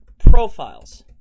profiles